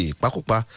pakupa